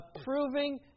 approving